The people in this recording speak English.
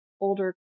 older